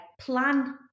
plan